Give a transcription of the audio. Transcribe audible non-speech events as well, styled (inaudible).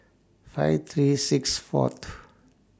five three six four (unintelligible)